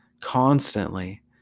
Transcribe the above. constantly